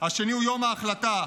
השני הוא יום ההחלטה,